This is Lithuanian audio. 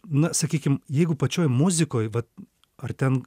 na sakykim jeigu pačioj muzikoj vat ar ten